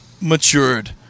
matured